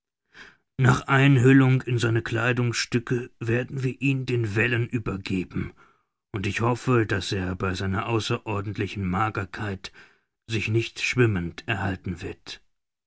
nach einhüllung in seine kleidungsstücke werden wir ihn den wellen übergeben und ich hoffe daß er bei seiner außerordentlichen magerkeit sich nicht schwimmend erhalten wird